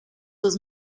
was